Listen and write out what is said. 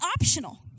optional